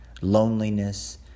loneliness